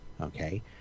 Okay